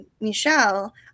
Michelle